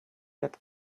that